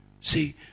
See